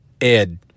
Ed